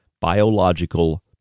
biological